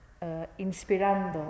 inspirando